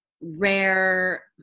rare